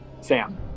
Sam